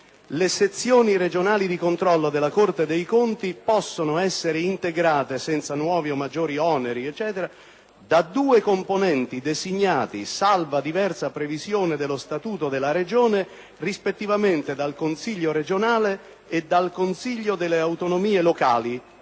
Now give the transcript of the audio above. «Le sezioni regionali di controllo della Corte dei conti possono essere integrate, senza nuovi o maggiori oneri per la finanza pubblica, da due componenti designati, salva diversa previsione dello statuto della Regione, rispettivamente dal Consiglio regionale e dal Consiglio delle autonomie locali